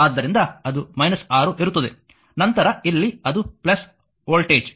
ಆದ್ದರಿಂದ ಅದು 6 ಇರುತ್ತದೆ ನಂತರ ಇಲ್ಲಿ ಅದು ವೋಲ್ಟೇಜ್